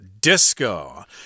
Disco